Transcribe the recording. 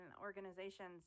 organizations